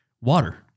water